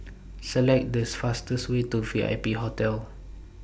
Select The fastest Way to V I P Hotel